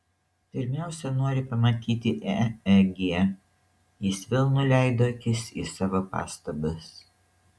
pirmiausia nori pamatyti eeg jis vėl nuleido akis į savo pastabas